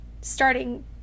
starting